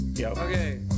Okay